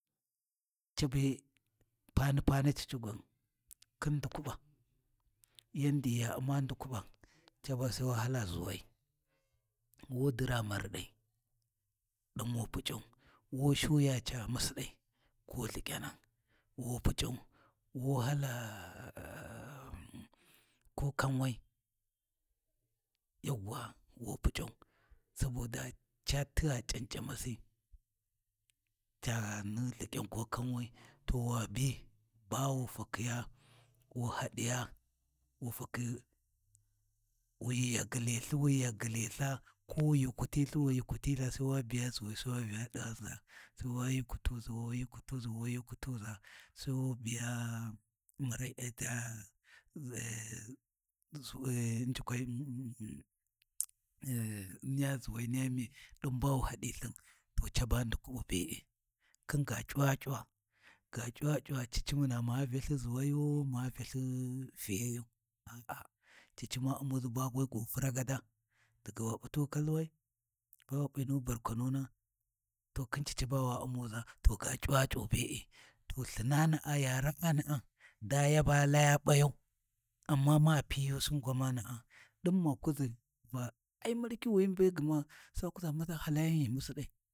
Ca be pani-pani cici gwan, khin ndukuɓa, yandi ghi ya U’ma ndukuɓa caba sai wa hala ʒuwai, wu dira marɗai ɗin wu Puc’au, wu shuwuya ca musiɗai ko lhiƙyana wu Puc’au wu hala ko kanwai yawwa wu puc’au saboda ca tigha c’anc’a masi, cani lhiƙyan ko kanwai to wa bi ba wu fakhiya wu hadiya wu fakhi wu yaghililtha, wu yagyililtha, ko wu yikutiltha wu yikutiltha sai wa biya ʒuwi wa Vya ɗi ghanʒa sai wu yukutuʒa, wu yukutuʒa, wu yikutuza, sai wu biya mura eta niya ʒuwai niya miya ɗin ba wu haɗi lthin caba ndukuɓa be’e khin gaC’uwa C’uwa, Ga C’uwa C’uwa cici muna ma Vya lthi ʒuwayu ma vya lthi fiyayu a’a cici ma U’muʒi be we gu furagada, daga wa P’u tu kalwai bawu P’i nu barkwanuna to khin cici ba wa u'muza to ga C’uwa C’u be’e to lthinana’a ya ra'ana'a da ya baya Laya ɓayau, amma, ma pinyusin gwamanaa ɗi ma kuʒi ai murkiwini be gyima, maʒa halayan ghi musidai.